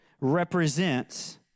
represents